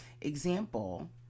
Example